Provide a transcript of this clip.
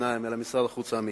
פלסטינים אלא משרד החוץ האמיתי.